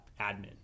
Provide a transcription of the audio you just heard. admin